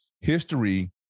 History